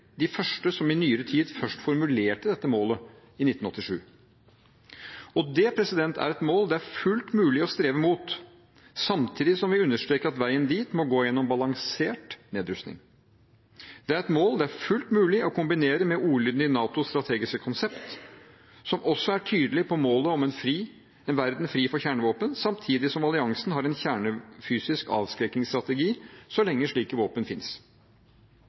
de første som i nyere tid formulerte dette målet i 1987. Det er et mål det er fullt mulig å streve mot samtidig som vi understreker at veien dit må gå gjennom balansert nedrustning. Det er et mål det er fullt mulig å kombinere med ordlyden i NATOs strategiske konsept, som også er tydelig på målet om en verden fri for kjernevåpen samtidig som alliansen har en kjernefysisk avskrekkingsstrategi så lenge slike våpen